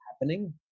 happening